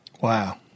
Wow